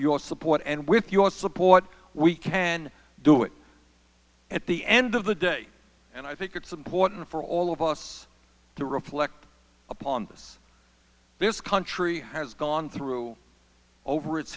your support and with your support we can do it at the end of the day and i think it's important for all of us to reflect upon this this country has gone through over its